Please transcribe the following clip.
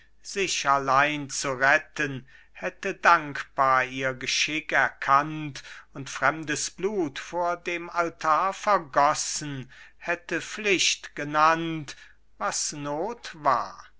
sich allein zu retten hätte dankbar ihr geschick erkannt und fremdes blut vor dem altar vergossen hätte pflicht genannt was noth war